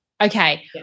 Okay